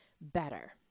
better